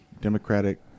Democratic